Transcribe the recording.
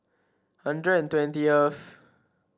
hundred and twentieth